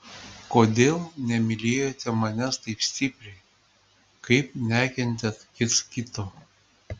kodėl nemylėjote manęs taip stipriai kaip nekentėt kits kito